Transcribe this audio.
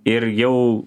ir jau